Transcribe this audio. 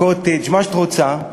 הקוטג', מה שאת רוצה.